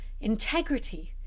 integrity